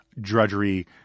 drudgery